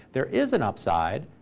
there is an upside.